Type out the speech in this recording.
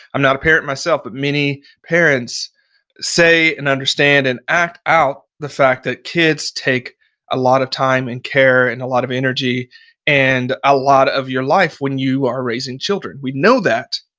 i'm not a parent myself, but many parents say and understand and act out the fact that kids take a lot of time and care and a lot of energy and a lot of your life when you are raising children. we know that.